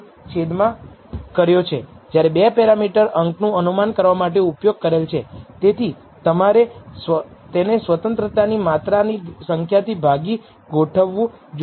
તેથી કદાચ તમારે આ રેખીય ટીને β0 સાથે અને ફક્ત β1 નો ઉપયોગ કરીને ફરીથી કરવું જોઈએ અને તમને થોડો અલગ ઉકેલ મળશે અને તમે ફરીથી પરીક્ષણ કરી શકો છો